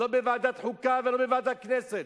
לא בוועדת חוקה ולא בוועדת הכנסת.